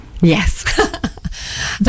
yes